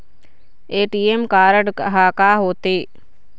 ATM card हा का होते?